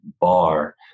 bar